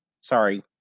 Sorry